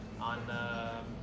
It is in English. on